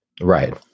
Right